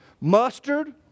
mustard